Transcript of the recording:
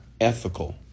ethical